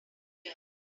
here